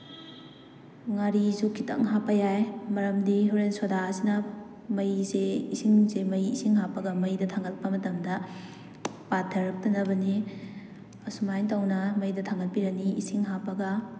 ꯉꯥꯔꯤꯁꯨ ꯈꯤꯇꯪ ꯍꯥꯞꯄ ꯌꯥꯏ ꯃꯔꯝꯗꯤ ꯍꯣꯔꯦꯟ ꯁꯣꯗꯥ ꯑꯁꯤꯅ ꯃꯩꯁꯦ ꯏꯁꯤꯡꯁꯦ ꯃꯩ ꯏꯁꯤꯡ ꯍꯥꯞꯄꯒ ꯃꯩꯗ ꯊꯥꯡꯒꯠꯄ ꯃꯇꯝꯗ ꯄꯥꯊꯔꯛꯇꯅꯕꯅꯤ ꯑꯁꯨꯃꯥꯏ ꯇꯧꯅ ꯃꯩꯗ ꯊꯥꯡꯒꯠꯄꯤꯔꯅꯤ ꯏꯁꯤꯡ ꯍꯥꯞꯄꯒ